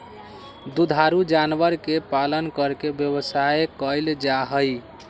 दुधारू जानवर के पालन करके व्यवसाय कइल जाहई